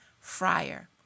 Fryer